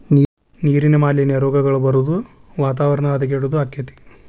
ನೇರಿನ ಮಾಲಿನ್ಯಾ, ರೋಗಗಳ ಬರುದು ವಾತಾವರಣ ಹದಗೆಡುದು ಅಕ್ಕತಿ